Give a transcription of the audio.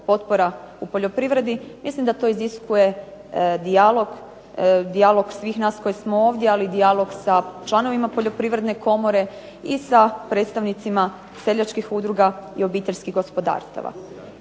potpora u poljoprivredi mislim da to iziskuje dijalog svih nas koji smo ovdje ali dijalog sa članovima poljoprivredne komore ali i sa predstavnicima seljačkih udruga i obiteljskih gospodarstava.